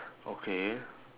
okay